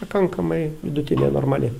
pakankamai vidutinė normali